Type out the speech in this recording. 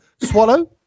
Swallow